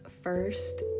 first